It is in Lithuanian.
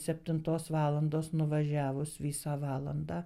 septintos valandos nuvažiavus visą valandą